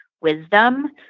wisdom